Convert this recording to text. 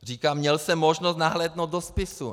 Říká, měl jsem možnost nahlédnout do spisu.